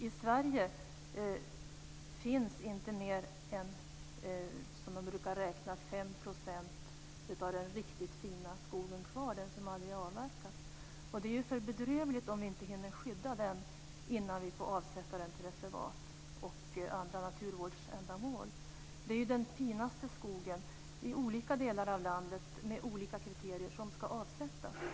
I Sverige finns inte mer än 5 % av den riktigt fina skogen kvar, den som aldrig avverkats. Det är för bedrövligt om vi inte hinner skydda den innan vi får avsätta den till reservat och andra naturvårdsändamål. Det är den finaste skogen i olika delar av landet med olika kriterier som ska avsättas.